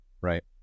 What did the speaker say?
right